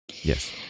Yes